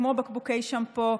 כמו בקבוקי שמפו,